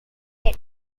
hit